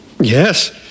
Yes